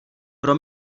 pro